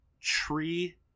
tree